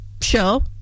show